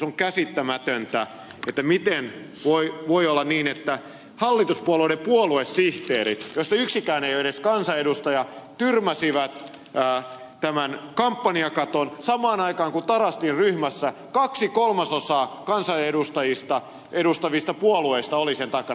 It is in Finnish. on käsittämätöntä miten voi olla niin että hallituspuolueiden puoluesihteerit joista yksikään ei ole edes kansanedustaja tyrmäsivät tämän kampanjakaton samaan aikaan kun tarastin ryhmässä kaksi kolmasosaa kansanedustajista edustavista puolueista oli sen takana